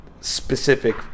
specific